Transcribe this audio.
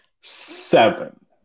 seven